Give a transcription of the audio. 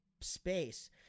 space –